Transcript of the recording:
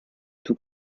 tout